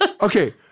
okay